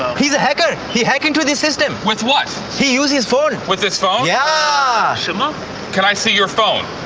he's a hacker. he hacked into the system. with what? he uses his phone. with his phone? yeah ah so um um can i see your phone?